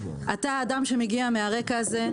אתה אדם שמגיע מהרקע הזה,